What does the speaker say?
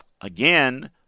Again